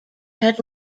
had